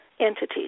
entities